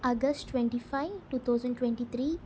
August twenty five two thousand twenty three